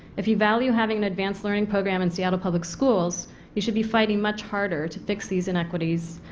if you value having an advanced learning program in seattle public schools you should be fighting much harder to fix these inequities.